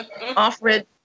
Alfred